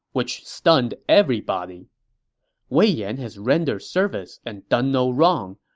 which stunned everybody wei yan has rendered service and done no wrong.